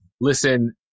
listen